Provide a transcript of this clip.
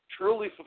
truly